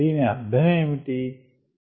దీని అర్ధం ఏమిటంటే